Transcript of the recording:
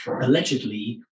allegedly